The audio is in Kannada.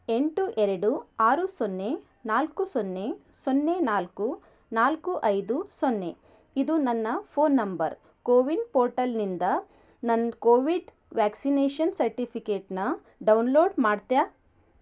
ಎಂಟು ಎರಡು ಆರು ಸೊನ್ನೆ ನಾಲ್ಕು ಸೊನ್ನೆ ಸೊನ್ನೆ ನಾಲ್ಕು ನಾಲ್ಕು ಐದು ಸೊನ್ನೆ ಇದು ನನ್ನ ಫೋನ್ ನಂಬರ್ ಕೋವಿನ್ ಪೋರ್ಟಲ್ನಿಂದ ನನ್ನ ಕೋವಿಡ್ ವ್ಯಾಕ್ಸಿನೇಷನ್ ಸರ್ಟಿಫಿಕೇಟ್ನ ಡೌನ್ ಲೋಡ್ ಮಾಡ್ತೀಯಾ